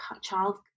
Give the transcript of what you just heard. child